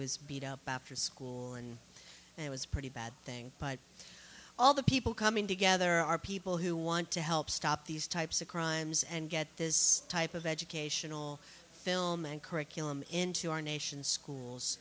was beat up after school and it was pretty bad thing all the people coming together are people who want to help stop these types of crimes and get this type of educational film and curriculum into our nation's schools